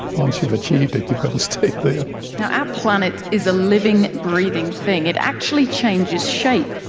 once you've achieved it, you've got to stay there. our planet is a living, breathing thing. it actually changes shape,